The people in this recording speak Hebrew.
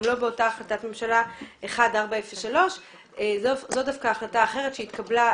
מה גם שזה לא אותה החלטת ממשלה 1403. זאת דווקא החלטה אחרת שהתקבלה,